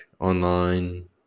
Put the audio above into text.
online